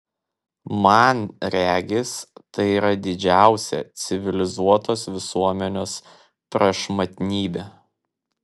man regis tai yra didžiausia civilizuotos visuomenės prašmatnybė